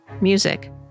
Music